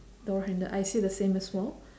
door handle I see the same as well